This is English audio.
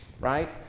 right